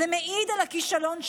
זה מעיד על הכישלון שלכם.